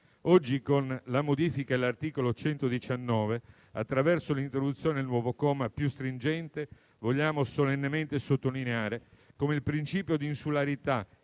Oggi, con la modifica all'articolo 119, attraverso l'introduzione del nuovo comma più stringente, vogliamo solennemente sottolineare come il principio di insularità